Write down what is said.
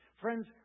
Friends